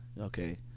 Okay